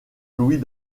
louis